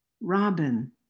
robin